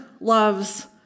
loves